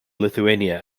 lithuania